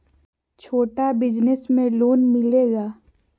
छोटा बिजनस में लोन मिलेगा?